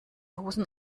hosen